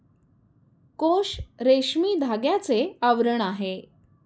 कोश रेशमी धाग्याचे आवरण आहे